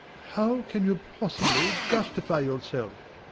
how can you possibly justify yourself?